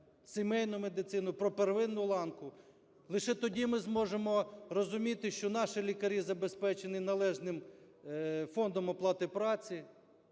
сімейну медицину, про первинну ланку, лише тоді ми зможемо розуміти, що наші лікарі забезпечені належним фондом оплати праці